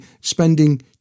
spending